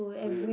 so you